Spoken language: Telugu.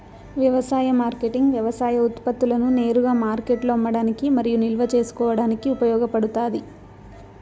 వ్యవసాయ మార్కెటింగ్ వ్యవసాయ ఉత్పత్తులను నేరుగా మార్కెట్లో అమ్మడానికి మరియు నిల్వ చేసుకోవడానికి ఉపయోగపడుతాది